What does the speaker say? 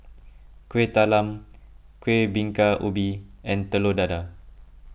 Kueh Talam Kuih Bingka Ubi and Telur Dadah